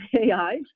AI